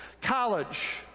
college